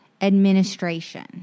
administration